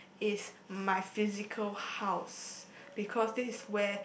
if my physical house because this is where